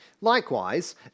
Likewise